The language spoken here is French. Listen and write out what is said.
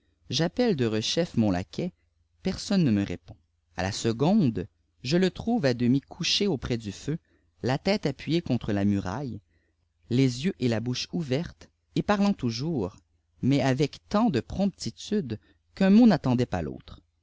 j'appettte derechef mon laquais personne ne me répond à la seconde je le trouve à demi cduc iê atiprès dtt feu îa tîmé appuyée contre la muraille les yeux et la bouche ouverte et parttot toujours mais avec tant de promptitude qu'un mot h'âllen dait pas l'autre